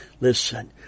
Listen